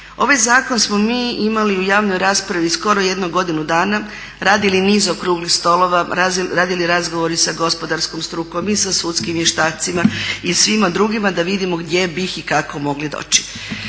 Ovaj zakon smo mi imali u javnoj raspravi skoro jedno godinu dana, radili niz okruglih stolova, radili razgovor i sa gospodarskom strukom i sa sudskim vještacima i svima drugima da vidimo gdje bi i kako mogli doći.